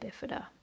bifida